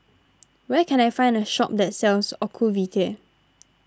where can I find a shop that sells Ocuvite